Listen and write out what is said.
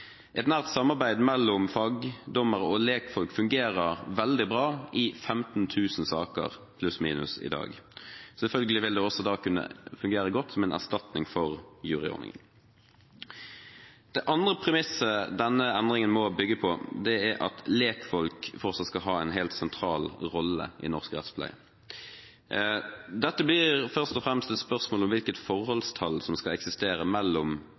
Et nært samarbeid mellom fagdommere og lekfolk fungerer i dag veldig bra i pluss-minus 15 000 saker. Selvfølgelig vil det da også kunne fungere godt med en erstatning for juryordningen. Det andre premisset denne endringen må bygge på, er at lekfolk fortsatt skal ha en helt sentral rolle i norsk rettspleie. Dette blir først og fremst et spørsmål om hvilket forholdstall som skal eksistere mellom